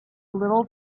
little